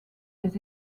des